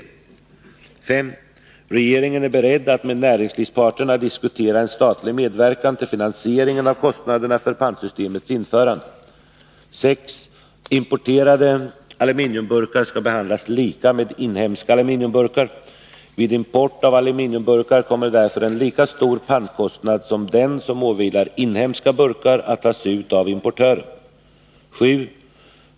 5. Regeringen är beredd att med näringslivsparterna diskutera en statlig medverkan till finansieringen av kostnaderna för pantsystemets införande. 6. Importerade aluminiumburkar skall behandlas lika med inhemska aluminiumburkar. Vid import av aluminiumburkar kommer därför en lika stor pantkostnad som den som åvilar inhemska burkar att tas ut av importören. 7.